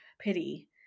Pity